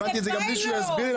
הבנתי את זה גם בלי שהוא יסביר לי,